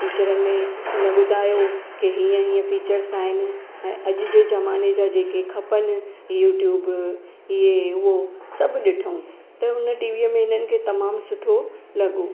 फीचरनि में हुन ॿुधायो कि हीअं हीअं फीचर्स आहिनि ऐं अॼु जे ज़माने जा जेके खपनि यूट्यूब इहे उहो सभु ॾिठूं त हुन टीवीअ में हिननि खे तमामु सुठो लॻो